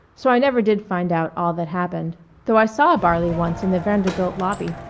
so i never did find out all that happened though i saw barley once in the vanderbilt lobby.